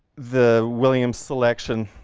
the williams selection,